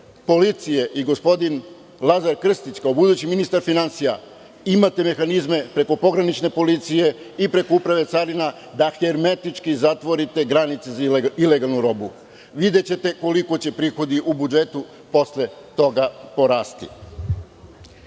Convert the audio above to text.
policije i gospodin Lazar Krstić kao budući ministar finansija imate mehanizme preko pogranične policije i preko uprave carina da hermetički zatvorite granice za ilegalnu robu. Videćete koliko će prihodi u budžetu posle toga porasti. Kada